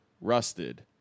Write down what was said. rusted